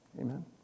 amen